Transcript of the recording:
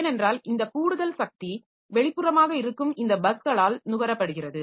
ஏனென்றால் இந்த கூடுதல் சக்தி வெளிப்புறமாக இருக்கும் இந்த பஸ்களால் நுகரப்படுகிறது